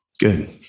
good